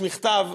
יש מכתב,